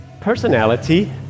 personality